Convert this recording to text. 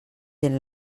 gent